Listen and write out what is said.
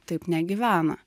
taip negyvena